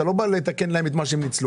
אתה לא בא לתקן להם את מה שהם ניצלו.